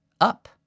up